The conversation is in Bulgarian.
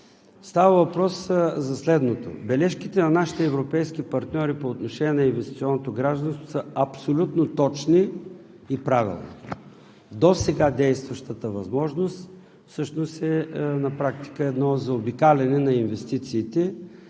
Става въпрос за следното: бележките на нашите европейски партньори по отношение на инвестиционното гражданство са абсолютно точни и правилни. Досега действащата възможност всъщност на практика е едно заобикаляне на инвестициите